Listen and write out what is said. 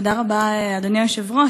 תודה רבה, אדוני היושב-ראש.